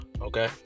Okay